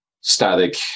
static